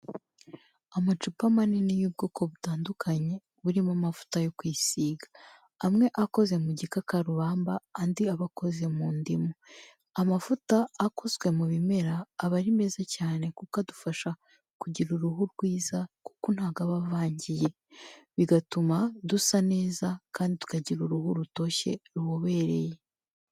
Amacupa manini y'ubwoko butandukanye burimo amavuta yo kwisiga. Amwe akoze mu gikakarubamba, andi aba akoze mu ndimu. Amavuta akozwe mu bimera aba ari meza cyane kuko adufasha kugira uruhu rwiza kuko ntabwo aba avangiye. Bigatuma dusa neza kandi tukagira uruhu rutoshye, rubobereye.